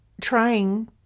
trying